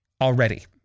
already